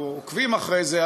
אנחנו עוקבים אחרי זה,